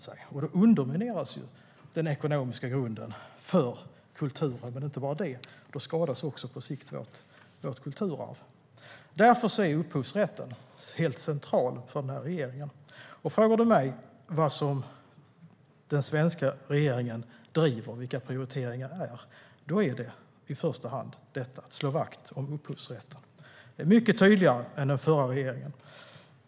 Då undermineras den ekonomiska grunden för kulturen. Men inte bara det - då skadas på sikt vårt kulturarv. Därför är upphovsrätten helt central för den här regeringen. Frågar ni mig vad den svenska regeringen driver och vilka prioriteringar den har är mitt svar att det i första hand är att slå vakt om upphovsrätten - mycket tydligare än den förra regeringen.